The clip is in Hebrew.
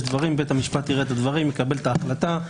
בית המשפט יראה את הדברים ויקבל את ההחלטה.